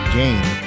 game